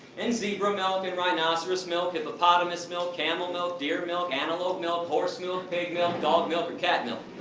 and zebra milk and rhinoceros milk, hippopotamus milk, camel milk, deer milk, antelope milk, horse milk, pig milk, dog milk and cat milk.